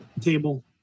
table